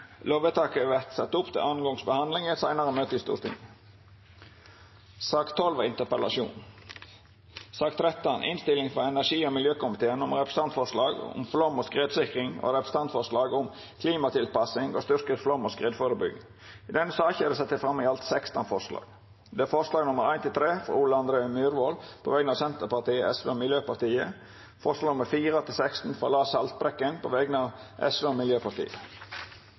Lovvedtaket vil verta ført opp til andre gongs behandling i eit seinare møte i Stortinget. Sak nr. 12 var ein interpellasjon. Under debatten er det sett fram i alt 16 forslag. Det er forslaga nr. 1–3, frå Ole André Myhrvold på vegner av Senterpartiet, Sosialistisk Venstreparti og Miljøpartiet Dei Grøne forslaga nr 4–16, frå Lars Haltbrekken på vegner av Sosialistisk Venstreparti og Miljøpartiet